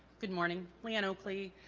good morning leon oakley